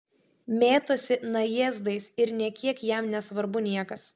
mėtosi najėzdais ir nė kiek jam nesvarbu niekas